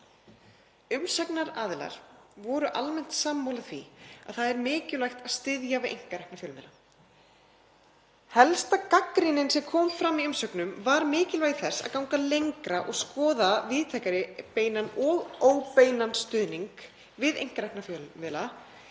Umsagnaraðilar voru almennt sammála því að það er mikilvægt að styðja við einkarekna fjölmiðla. Helsta gagnrýnin sem fram kom í umsögnum var mikilvægi þess að ganga lengra og skoða víðtækari beinan og óbeinan stuðning við einkarekna fjölmiðla,